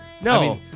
No